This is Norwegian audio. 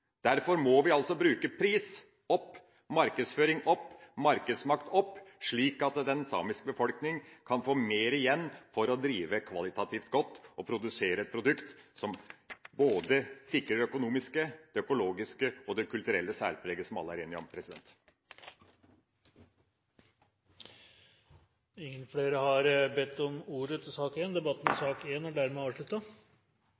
Derfor må vi få prisene opp, markedsføringa opp og markedsmakta opp, slik at den samiske befolkninga kan få mer igjen for å drive kvalitativt godt og produsere et produkt som sikrer både det økonomiske, det økologiske og det kulturelle særpreget som alle er enige om. Flere har ikke bedt om ordet til sak nr. 1. Vi tar nå opp en